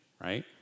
right